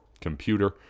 computer